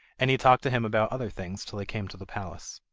and he talked to him about other things till they came to the palace.